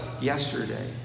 yesterday